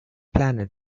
planet